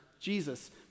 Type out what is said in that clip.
jesus